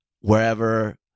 wherever